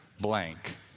blank